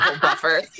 buffer